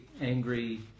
angry